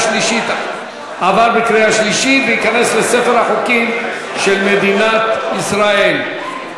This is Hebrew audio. עבר בקריאה שלישית וייכנס לספר החוקים של מדינת ישראל.